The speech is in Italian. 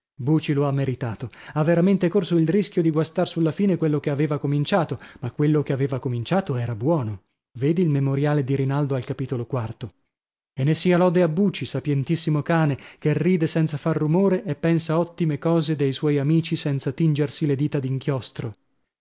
buci lo ha meritato ha veramente corso il rischio di guastar sulla fine quello che aveva cominciato ma quello che aveva cominciato era buono vedi il memoriale di rinaldo al capitolo quarto e ne sia lode a buci sapientissimo cane che ride senza far rumore e pensa ottime cose dei suoi amici senza tingersi le dita